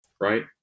Right